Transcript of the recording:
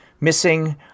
Missing